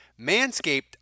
Manscaped